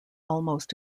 almost